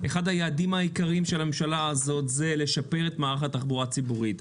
אחד היעדים העיקריים של הממשלה הזאת הוא לשפר את מערך התחבורה הציבורית.